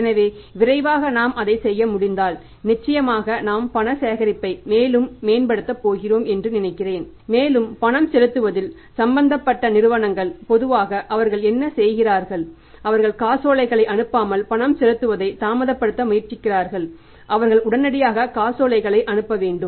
எனவே விரைவாக நாம் அதைச் செய்ய முடிந்தால் நிச்சயமாக நாம் பண சேகரிப்பை மேலும் மேம்படுத்தப் போகிறோம் என்று நினைக்கிறேன் மேலும் பணம் செலுத்துவதில் சம்பந்தப்பட்ட நிறுவனங்கள் பொதுவாக அவர்கள் என்ன செய்கிறார்கள் அவர்கள் காசோலைகளை அனுப்பாமல் பணம் செலுத்துவதை தாமதப்படுத்த முயற்சிக்கிறார்கள் அவர்கள் உடனடியாக காசோலைகளை அனுப்ப வேண்டும்